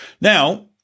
Now